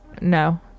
no